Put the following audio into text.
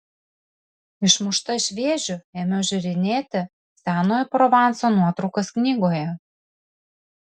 išmušta iš vėžių ėmiau žiūrinėti senojo provanso nuotraukas knygoje